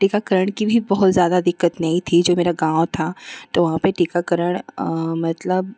टीकाकरण की भी बहुत ज़्यादा दिक्कत नहीं थी जो मेरा गाँव था तो वहाँ पर टीकाकरण मतलब